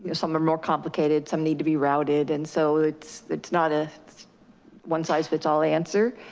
yeah some are more complicated, some need to be routed. and so it's not a one size fits all answer,